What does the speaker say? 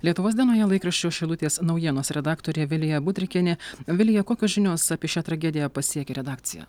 lietuvos dienoje laikraščio šilutės naujienos redaktorė vilija budrikienė vilija kokios žinios apie šią tragediją pasiekė redakciją